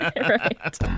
Right